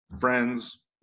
friends